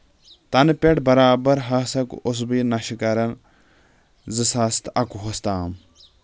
تنہٕ پؠٹھ برابر ہسا اوسُس بہٕ یہِ نشہٕ کران زٕ ساس تہٕ اَکوُہس تام